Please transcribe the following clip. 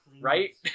right